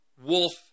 wolf